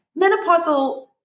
menopausal